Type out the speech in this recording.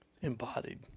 embodied